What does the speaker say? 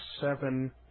seven